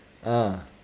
ah